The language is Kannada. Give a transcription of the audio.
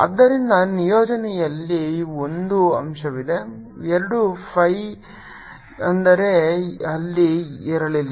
ಆದ್ದರಿಂದ ನಿಯೋಜನೆಯಲ್ಲಿ ಒಂದು ಅಂಶವಿದೆ ಎರಡು phi ಅಂದರೆ ಅಲ್ಲಿ ಇರಲಿಲ್ಲ